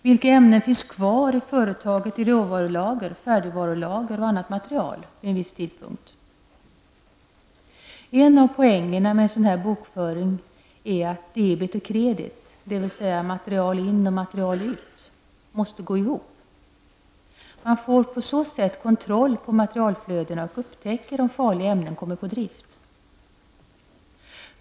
Vilka ämnen finns vid en viss tidpunkt kvar i företaget i råvarulager, färdigvarulager och annat material? En av poängerna med en sådan här bokföring är att debet och kredit -- dvs. material in och material ut -- måste gå ihop. Man får på så sätt kontroll på materialflödena och upptäcker om farliga ämnen kommer på drift.